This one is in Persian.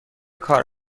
کار